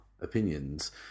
opinions